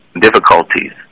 difficulties